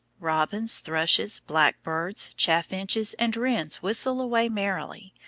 robins, thrushes, blackbirds, chaffinches, and wrens whistle away merrily,